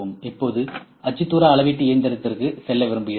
இப்போது அச்சுத்தூர அளவீட்டு இயந்திரத்திற்கு செல்ல விரும்புகிறேன்